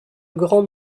grands